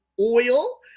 oil